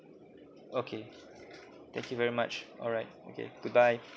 okay thank you very much alright okay goodbye